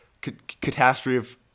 catastrophe